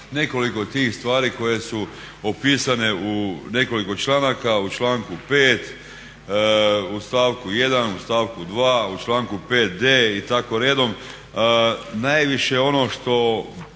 nekoliko tih stvari koje su opisane u nekoliko članaka, u članku 5., u stavku 1., u stavku 2., u članku 5.d i tako redom. Najviše on što